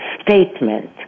statement